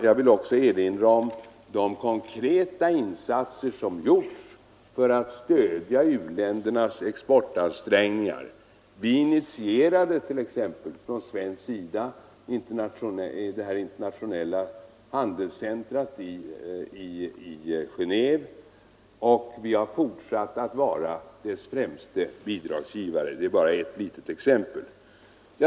Jag vill också erinra om de konkreta insatser som har gjorts för att stödja u-ländernas exportansträngningar. Vi initierade t.ex. från svensk sida det internationella handelscentrat i Genéve och vi har fortsatt att vara dess främste bidragsgivare. Det är bara ett litet exempel.